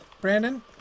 Brandon